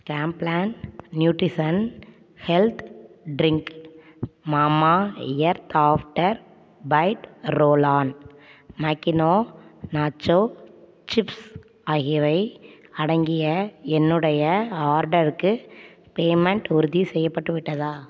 Complan nutrition health drink Mamaearth after bite roll on Makino nacho chips ஆகியவை அடங்கிய என்னுடைய ஆர்டருக்கு பேமெண்ட் உறுதிசெய்யப்பட்டு விட்டதா